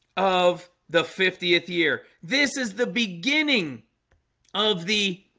of the fiftieth year this is the beginning of the